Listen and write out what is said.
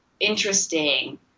interesting